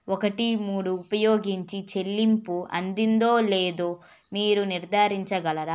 ఒకటి మూడు ఉపయోగించి చెల్లింపు అందిందో లేదో మీరు నిర్ధారించగలరా